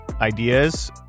ideas